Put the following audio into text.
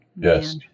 Yes